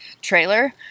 trailer